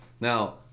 Now